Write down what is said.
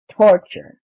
torture